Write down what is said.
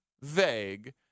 vague